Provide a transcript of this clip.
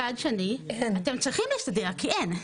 מצד שני אתם צריכים להסתדר כי אין.